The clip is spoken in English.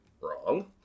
wrong